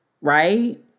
right